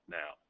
now